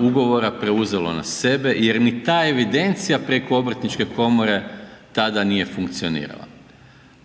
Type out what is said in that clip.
ugovora preuzela na sebe jer ni ta evidencija preko obrtničke komore tada nije funkcionirala.